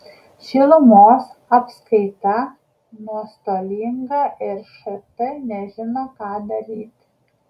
šilumos apskaita nuostolinga ir št nežino ką daryti